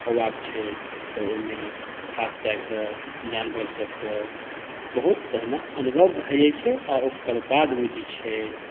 होबाक छै तऽ ओहिमे खास कए कऽ जानवरसभकऽ बहुत पहिने अनुभव भै जाइत छै आओर ओकर बाद ओ जे छै